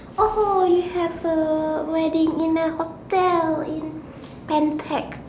!oho! you have a wedding in a hotel in Pan-Pac